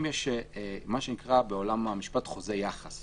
יש מה שנקרא בעולם המשפט חוזה יחס,